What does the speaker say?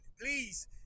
please